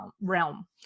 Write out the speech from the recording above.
realm